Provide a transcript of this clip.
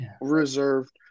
reserved